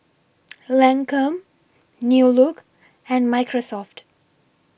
Lancome New Look and Microsoft